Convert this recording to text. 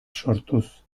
sortuz